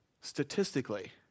statistically